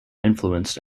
influenced